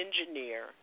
engineer